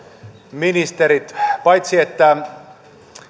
ministerit paitsi että